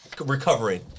recovering